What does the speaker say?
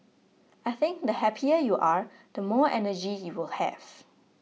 I think the happier you are the more energy you will have